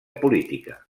política